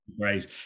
Great